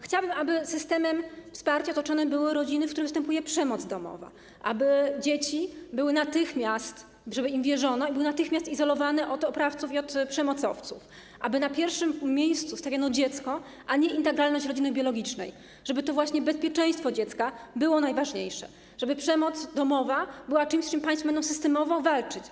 Chciałabym, aby systemem wsparcia otoczone były rodziny, w których występuje przemoc domowa, aby dzieciom wierzono i były natychmiast izolowane od oprawców i od przemocowców, aby na pierwszym miejscu stawiano dziecko, a nie integralność rodziny biologicznej, żeby to właśnie bezpieczeństwo dziecka było najważniejsze, żeby przemoc domowa była czymś, z czym państwo będą systemowo walczyć.